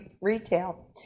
retail